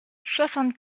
soixante